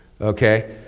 Okay